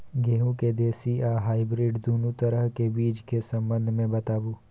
गेहूँ के देसी आ हाइब्रिड दुनू तरह के बीज के संबंध मे बताबू?